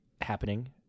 happening